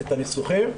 הניסוחים.